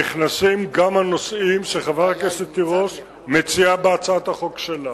נכנסים גם לנושאים שחברת הכנסת תירוש מציעה בהצעה שלה.